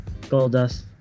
Goldust